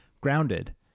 Grounded